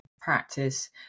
practice